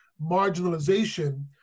marginalization